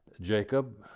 Jacob